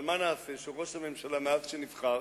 אבל מה נעשה שראש הממשלה, מאז שנבחר,